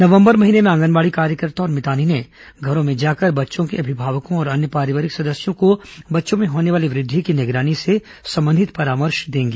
नवम्बर महीने में आंगनबाड़ी कार्यकर्ता और मितानिनें घरों में जाकर बच्चों के अभिभावकों और अन्य पारिवारिक सदस्यों को बच्चों में होने वाली वृद्धि की निगरानी से संबंधित परामर्श देंगी